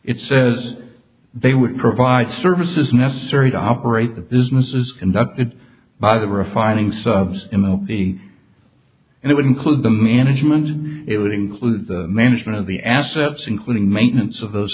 it says they would provide services necessary to how parade the business is conducted by the refining subs in the the and it would include the management and it would include the management of the assets including maintenance of those